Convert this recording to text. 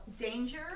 danger